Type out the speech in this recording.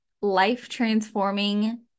life-transforming